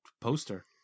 poster